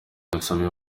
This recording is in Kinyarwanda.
yasabiwe